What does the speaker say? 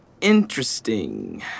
Interesting